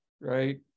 right